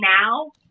now